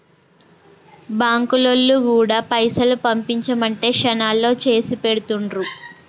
బాంకులోల్లు గూడా పైసలు పంపించుమంటే శనాల్లో చేసిపెడుతుండ్రు